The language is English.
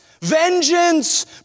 vengeance